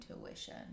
intuition